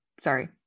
sorry